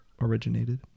originated